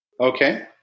okay